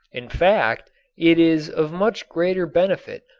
in fact it is of much greater benefit,